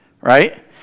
right